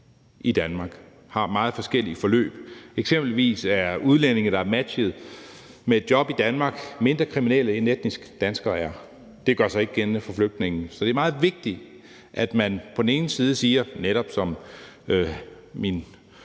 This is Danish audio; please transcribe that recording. i Danmark og har meget forskellige forløb. Eksempelvis er udlændinge, der er matchet med et job i Danmark, mindre kriminelle, end etnisk danskere er. Det gør sig ikke gældende for flygtninge. Så det er meget vigtigt, at man på den ene side siger – netop som min